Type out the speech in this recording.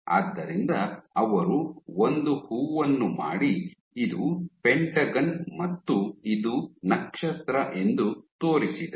ಆದ್ದರಿಂದ ಅವರು ಒಂದು ಹೂವನ್ನು ಮಾಡಿ ಇದು ಪೆಂಟಗನ್ ಮತ್ತು ಇದು ನಕ್ಷತ್ರ ಎಂದು ತೋರಿಸಿದರು